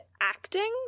acting